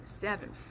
seven